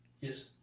Yes